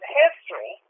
history